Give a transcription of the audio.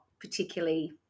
particularly